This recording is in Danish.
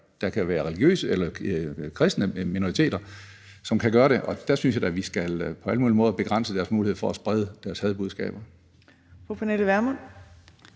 der kan være religiøse eller kristne minoriteter, som kan gøre det, og der synes jeg da, at vi på alle mulige måder skal begrænse deres mulighed for at sprede deres hadbudskaber.